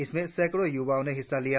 इसमें सैकड़ों युवाओं ने हिस्सा लिया